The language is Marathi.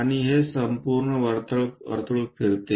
आणि हे संपूर्ण वर्तुळ फिरते